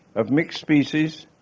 of mixed species,